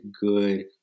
good